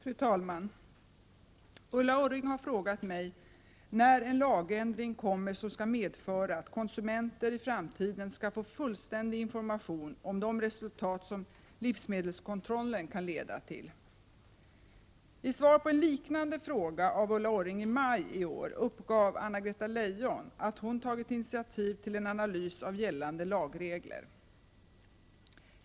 Fru talman! Ulla Orring har frågat mig när en lagändring kommer som skall medföra att konsumenter i framtiden skall få fullständig information om de resultat som livsmedelskontroller kan leda till. I svar på en liknande fråga av Ulla Orring i maj i år uppgav Anna-Greta Leijon att hon tagit initiativ till en analys av gällande lagregler.